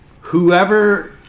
whoever